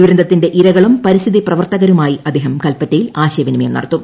ദുരന്തത്തിന്റെ ഇരകളും പരിസ്ഥിതി പ്രവർത്തകരുമായി അദ്ദേഹം കൽപ്പറ്റയിൽ ആശയവിനിമയം നടത്തും